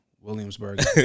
Williamsburg